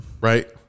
Right